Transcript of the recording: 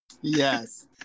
Yes